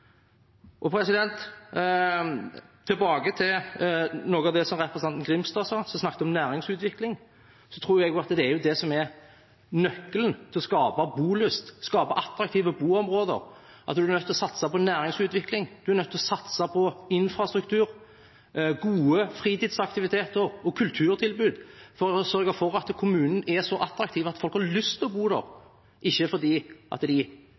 Tilbake til noe av det som representanten Grimstad sa. Han snakket om næringsutvikling. Jeg tror det er det som er nøkkelen til å skape bolyst, skape attraktive boområder. En er nødt til å satse på næringsutvikling, på infrastruktur, gode fritidsaktiviteter og kulturtilbud for å sørge for at kommunen er så attraktiv at folk har lyst til å bo der, ikke fordi de